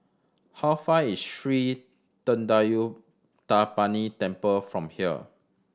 how far is Sri Thendayuthapani Temple from here